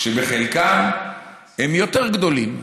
שבחלקם הם יותר גדולים,